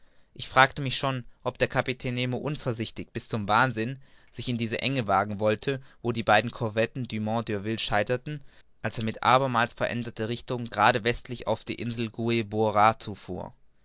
ich fragte mich schon ob der kapitän nemo unvorsichtig bis zum wahnsinn sich in diese enge wagen wolle wo die beiden corvetten dumont d'urville's scheiterten als er mit abermals veränderter richtung gerade westlich auf die insel gueboroar zufuhr